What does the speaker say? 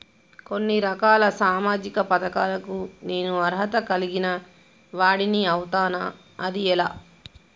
కొన్ని రకాల సామాజిక పథకాలకు నేను అర్హత కలిగిన వాడిని అవుతానా? అది ఎలా?